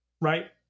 right